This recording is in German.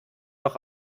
noch